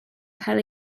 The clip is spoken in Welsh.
cael